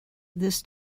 this